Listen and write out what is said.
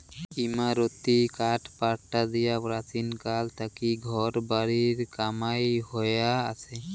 ইমারতী কাঠপাটা দিয়া প্রাচীনকাল থাকি ঘর বাড়ির কামাই হয়া আচে